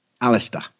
Alistair